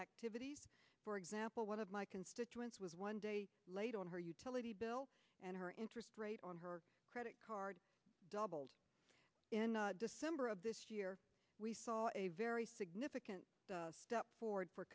activities for example one of my constituents was one day late on her utility bill and her interest rate on her credit card doubled in december of this year we saw a very significant step forward for